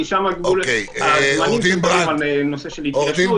כי הזמנים שקשורים לנושא של התיישנות